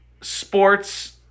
sports